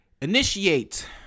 initiate